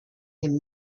him